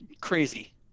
Crazy